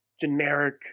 generic